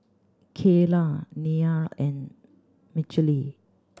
Cayla Neil and Mechelle